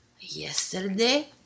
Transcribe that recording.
yesterday